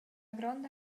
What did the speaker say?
gronda